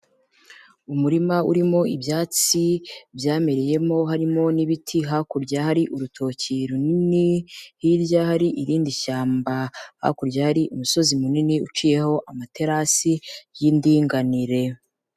Umurima urimo ibyatsi byamereyemo, harimo n'ibiti, hakurya hari urutoki runini, hirya hari irindi shyamba. Hakurya hari umusozi munini uciyeho amaterasi y'indinganire.